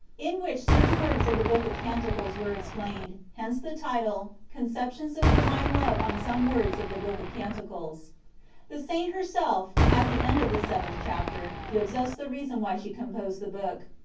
in which certain words of the book of canticles were explained hence the title, con ceptions of divine love on some words of the book of canticles the saint herself, at the end of the seventh chapter, gives us the reason why she composed the book.